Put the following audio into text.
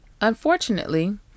unfortunately